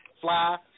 fly